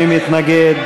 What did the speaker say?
מי מתנגד?